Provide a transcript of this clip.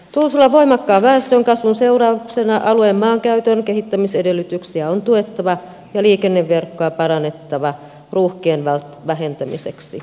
tuusulan voimakkaan väestönkasvun seurauksena alueen maankäytön kehittämisedellytyksiä on tuettava ja liikenneverkkoa parannettava ruuhkien vähentämiseksi